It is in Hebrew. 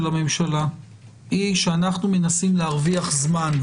הממשלה היא שאנחנו מנסים להרוויח זמן,